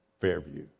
Fairview